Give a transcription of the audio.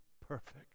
perfect